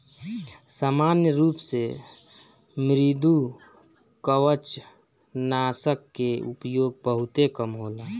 सामान्य रूप से मृदुकवचनाशक के उपयोग बहुते कम होला